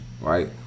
right